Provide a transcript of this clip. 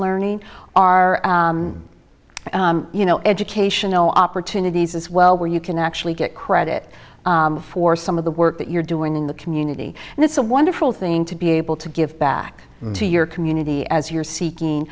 learning are you know educational opportunities as well where you can actually get credit for some of the work that you're doing in the community and it's a wonderful thing to be able to give back to your community as you're seeking